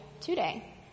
today